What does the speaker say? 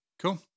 Cool